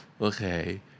Okay